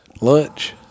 Lunch